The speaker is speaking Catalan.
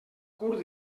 curt